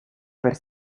per